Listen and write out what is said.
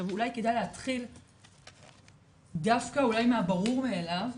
אולי כדאי להתחיל דווקא מהברור מאליו,